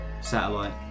satellite